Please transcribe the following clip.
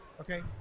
okay